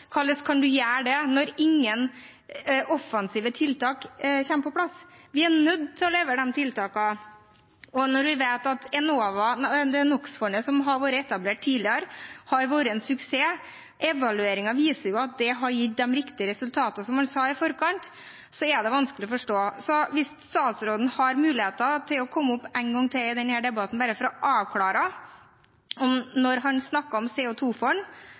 Hvordan kan man gjøre det når ingen offensive tiltak kommer på plass? Vi er nødt til å levere de tiltakene, og når vi vet at det NOx-fondet som ble etablert tidligere, har vært en suksess – evalueringen viser at det har gitt de riktige resultatene som man i forkant sa det ville gi – er det vanskelig å forstå. Så det er fint hvis statsråden har muligheten til å komme opp en gang til i denne debatten bare for å avklare: Da han snakket om CO 2 -fond, snakket han da om